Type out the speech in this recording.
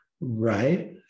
Right